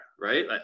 right